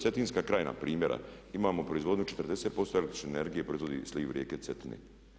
Cetinska krajina na primjer, imamo proizvodnju 40% električne energije proizvodi sliv rijeke Cetine.